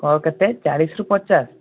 ହଁ କେତେ ଚାଳିଶରୁ ପଚାଶ